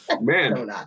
Man